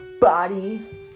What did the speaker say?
body